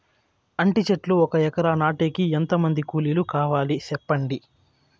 అంటి చెట్లు ఒక ఎకరా నాటేకి ఎంత మంది కూలీలు కావాలి? సెప్పండి?